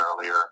earlier